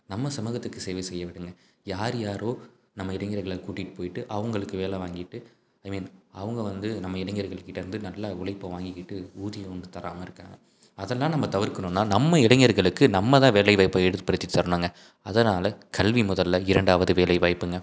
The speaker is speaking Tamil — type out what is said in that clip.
நம்ம சமூகத்துக்கு சேவை செய்ய விடுங்கள் யார் யாரோ நம்ம இளைஞர்களை கூட்டிட்டு போய்ட்டு அவங்களுக்கு வேலை வாங்கிட்டு ஐ மீன் அவங்க வந்து நம்ம இளைஞர்கள்கிட்டேருந்து நல்லா உழைப்ப வாங்கிக்கிட்டு ஊதியம் வந்து தராமல் இருக்காங்க அதெல்லாம் நம்ம தவிர்க்கணும்னா நம்ம இளைஞர்களுக்கு நம்மதான் வேலைவாய்ப்பை ஏற்படுத்தி தரணும்ங்க அதனால் கல்வி முதலில் இரண்டாவது வேலைவாய்ப்புங்க